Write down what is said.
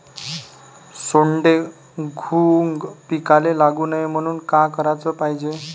सोंडे, घुंग पिकाले लागू नये म्हनून का कराच पायजे?